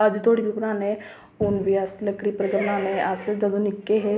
अज्ज धोड़ी बी बनाने हून बी अस लकड़ी पर गै बनाने जदूं अस निक्के हे